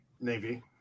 Navy